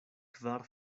kvar